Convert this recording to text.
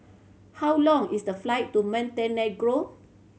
how long is the flight to Montenegro